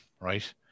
right